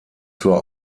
zur